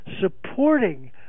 supporting